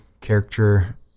character